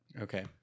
Okay